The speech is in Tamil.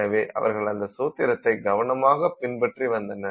எனவே அவர்கள் அந்த சூத்திரத்தை கவனமாக பின்பற்றிவந்தனர்